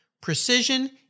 precision